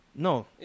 No